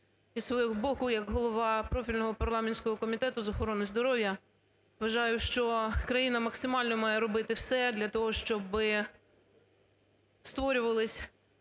з свого боку як голова профільного парламентського комітету з охорони здоров'я вважаю, що країна максимально має робити все для того, щоби створювалися